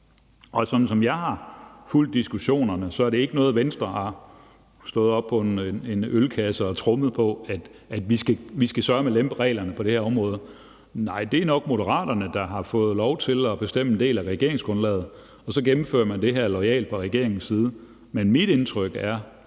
som jeg har fulgt diskussionerne, er det ikke noget, hvor Venstre har stået på en ølkasse og slået på tromme for, at vi sørme skal lempe reglerne på det her område. Nej, det er nok Moderaterne, der har fået lov til at bestemme en del af regeringsgrundlaget, og så gennemfører man det her loyalt fra regeringens side. Men mit indtryk er,